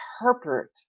interpret